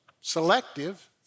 selective